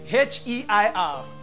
H-E-I-R